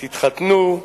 תתחתנו,